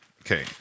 Okay